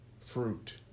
fruit